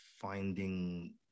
finding